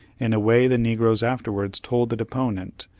in a way the negroes afterwards told the deponent,